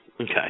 Okay